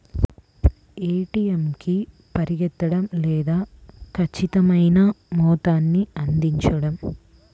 ATM కి పరిగెత్తడం లేదా ఖచ్చితమైన మొత్తాన్ని అందించడం